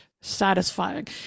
satisfying